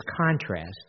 contrast